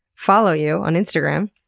follow you on instagram.